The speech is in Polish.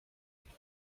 gdzie